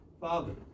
Father